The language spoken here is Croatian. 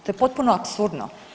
To je potpuno apsurdno.